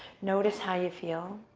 notice how you feel.